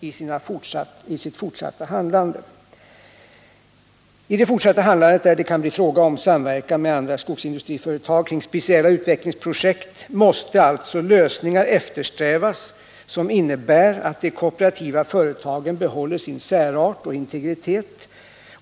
I det fortsatta handlandet där det kan bli fråga om samverkan med andra skogsindustriföretag kring speciella utvecklingsprojekt mäste alltså lösningar eftersträvas som innebär att de kooperativa företagen behåller sin särart och integritet.